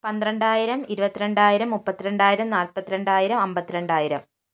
പന്ത്രണ്ടായിരം ഇരുപത്തിരണ്ടായിരം മൂപ്പത്തിരണ്ടായിരം നാല്പത്തിരണ്ടായിരം അമ്പത്തിരണ്ടായിരം